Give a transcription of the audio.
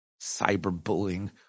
cyberbullying